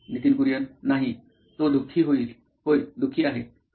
Nitin Kurian COO nine electronics नाही तो दु खी होईल होय दु खी आहे